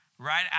Right